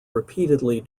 repeatedly